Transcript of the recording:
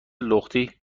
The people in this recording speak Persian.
لختی